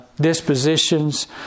dispositions